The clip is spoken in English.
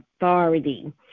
authority